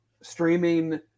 streaming